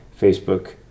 Facebook